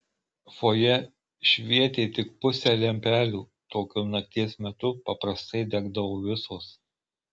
fojė švietė tik pusė lempelių tokiu nakties metu paprastai degdavo visos